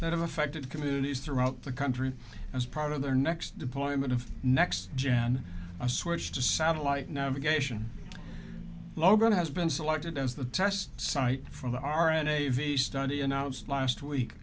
that have affected communities throughout the country as part of their next deployment of next gen i switch to satellite navigation logan has been selected as the test site for the r n a the study announced last week